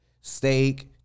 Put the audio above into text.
steak